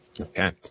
Okay